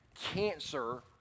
cancer